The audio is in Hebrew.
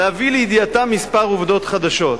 להביא לידיעתם כמה עובדות חדשות.